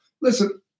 listen